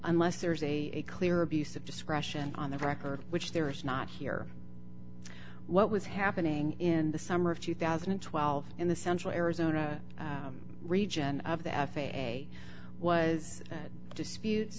unless there is a clear abuse of discretion on the record which there is not here what was happening in the summer of two thousand and twelve in the central arizona region of the f a a was disputes